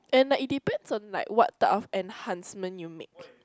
and the it depends on like what type of enhancement you make